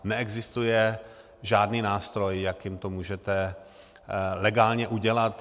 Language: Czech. Neexistuje žádný nástroj, jakým to můžete legálně udělat.